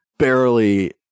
barely